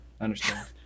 understand